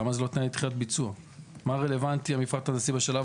או אל כתובת דואר אלקטרוני שמסר לו בעל המקרקעין לצורך משלוח הודעה